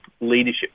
leadership